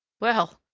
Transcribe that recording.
well,